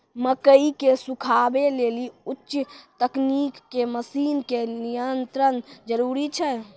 मकई के सुखावे लेली उच्च तकनीक के मसीन के नितांत जरूरी छैय?